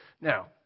Now